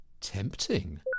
tempting